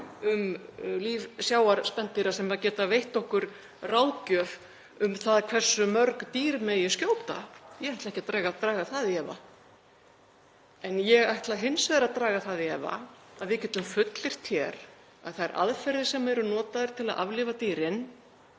um líf sjávarspendýra, sem geta veitt okkur ráðgjöf um það hversu mörg dýr megi skjóta. Ég ætla ekkert að draga það í efa. Ég ætla hins vegar að draga það í efa að við getum fullyrt hér að þær aðferðir sem eru notaðar til að aflífa dýrin